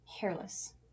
hairless